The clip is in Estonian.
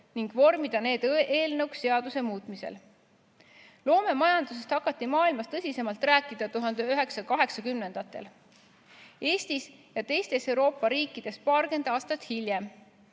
ning vormida need eelnõuks seaduse muutmisel. Loomemajandusest hakati maailmas tõsisemalt rääkima 1980-ndatel, Eestis ja teistes Euroopa riikides paarkümmend aastat hiljem.